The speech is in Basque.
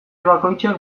bakoitzak